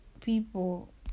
people